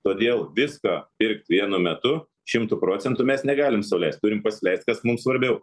todėl viską pirkt vienu metu šimtu procentų mes negalim sau leist turim pasileist kas mum svarbiau